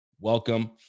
Welcome